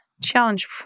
challenge